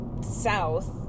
south